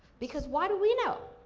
because, why do we know?